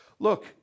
Look